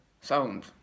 sound